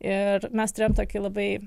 ir mes turėjom tokį labai